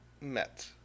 met